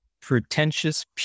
pretentious